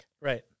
Right